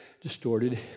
distorted